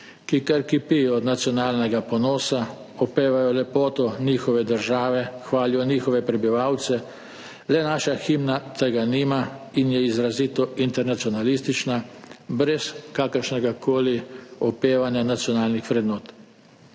ki kar kipijo od nacionalnega ponosa, opevajo lepoto njihove države, hvalijo njihove prebivalce, le naša himna tega nima in je izrazito internacionalistična, brez kakršnega koli opevanja nacionalnih vrednot.